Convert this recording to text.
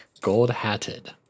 Gold-hatted